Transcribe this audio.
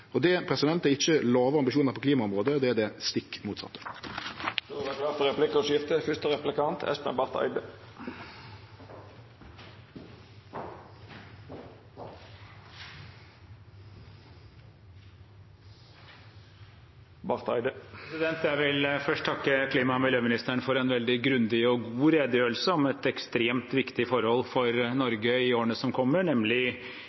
Det er ikkje låge ambisjonar på klimaområdet – det er det stikk motsette. Det vert replikkordskifte. Jeg vil først takke klima- og miljøministeren for en veldig grundig og god redegjørelse om et ekstremt viktig forhold for